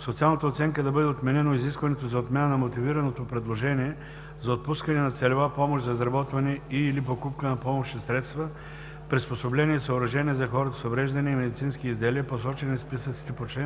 социалната оценка да бъде отменено изискването за отмяна на мотивираното предложение за отпускане на целева помощ за изработване и/или покупка на помощни средства, приспособления и съоръжения за хората с увреждания и медицински изделия, посочени в списъците по чл.